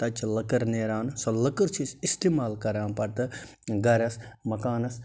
تَتہِ چھِ لٔکٕر نیران سۄ لٔکٕر چھِ أسۍ استعمال کَران پتہٕ گَرس مَکانَس